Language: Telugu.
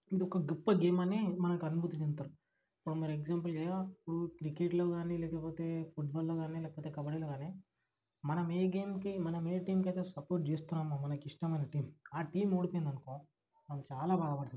ఇదొక గొప్ప గేమని మనకు అనుభూతి చెందుతారు ఇప్పుడు మీరు ఎగ్జాంపుల్గా క్రికెట్లో గానీ లేకపోతే ఫుట్బాల్లో గానీ లేకపోతే కబడీలో గానీ మనం ఏ గేమ్కి మనం ఏ టీమ్కైతే సపోర్ట్ చేస్తున్నామో మనకిష్టమైన టీమ్ ఆ టీమ్ ఓడిపోయిందనుకో మనం చాలా బాధపడతాం